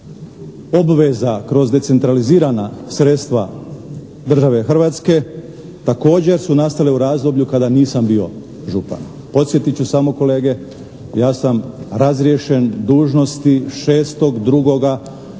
obveza kroz decentralizirana sredstva države Hrvatske također su nastale u razdoblju kada nisam bio župan. Podsjetiti ću samo kolege, ja sam razriješen dužnosti 6.2.